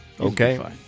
Okay